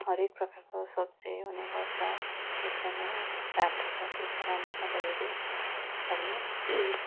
हरएक प्रकारको सब्जी हुने गर्छ एकदम राम्रो छ त्यही कारणले गर्दा यदि